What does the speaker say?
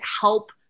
help